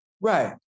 Right